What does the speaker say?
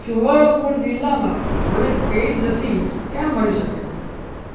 સુવર્ણપુર જિલ્લામાં મને પેઈડ રસી ક્યાં મળી શકે